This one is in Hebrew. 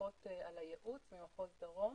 מפקחות על הייעוץ במחוז דרום